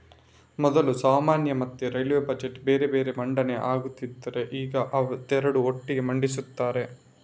ಮೊದಲು ಸಾಮಾನ್ಯ ಮತ್ತೆ ರೈಲ್ವೇ ಬಜೆಟ್ ಬೇರೆ ಬೇರೆ ಮಂಡನೆ ಆಗ್ತಿದ್ರೆ ಈಗ ಅದೆರಡು ಒಟ್ಟಿಗೆ ಮಂಡಿಸ್ತಾರೆ